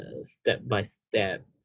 step-by-step